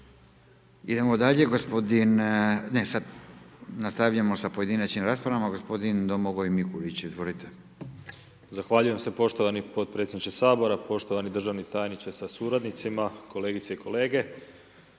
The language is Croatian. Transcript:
Idemo dalje, nastavljamo sa pojedinačnim raspravama, gospodin Domagoj Mikulić, izvolite. **Mikulić, Domagoj (HDZ)** Zahvaljujem se poštovani potpredsjedniče Sabora, poštovani državni tajniče sa suradnicima, kolegice i kolege.